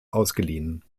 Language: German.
ausgeliehen